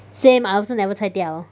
same I also never 拆掉